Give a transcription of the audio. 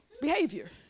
behavior